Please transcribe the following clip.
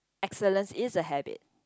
excellence is a habit